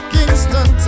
Kingston